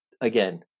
Again